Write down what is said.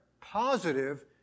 positive